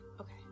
Okay